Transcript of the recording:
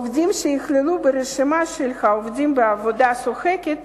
עובדים שייכללו ברשימה של עובדים בעבודה שוחקת